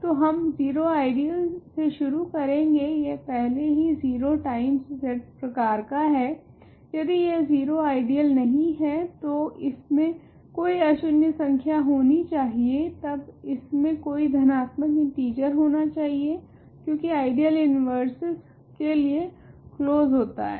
तो हम 0 आइडियल से शुरू करेगे यह पहले ही 0 टाइम्स Z प्रकार का है यदि यह 0 आइडियल नहीं है तो इसमे कोई अशून्य संख्या होनी चाहिए तब इसमे कोई धनात्मक इंटीजर होना चाहिए क्योकि आइडियल इन्वेर्सस के लिए क्लोज़ होता है